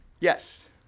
Yes